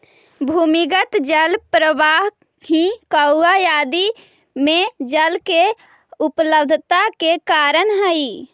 भूमिगत जल प्रवाह ही कुआँ आदि में जल के उपलब्धता के कारण हई